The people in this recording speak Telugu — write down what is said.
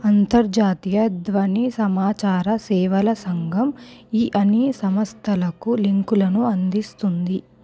అంతర్జాతీయ ధ్వని సమాచార సేవల సంఘం ఈ అని సంస్థలకు లింకులను అందిస్తుంది